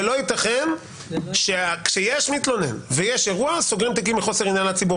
אבל לא יתכן שכשיש מתלונן ויש אירוע סוגרים תיקים מחוסר עניין לציבור,